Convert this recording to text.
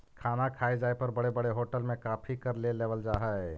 खाना खाए जाए पर बड़े बड़े होटल में काफी कर ले लेवल जा हइ